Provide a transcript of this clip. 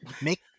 Make